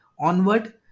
Onward